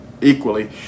equally